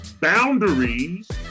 boundaries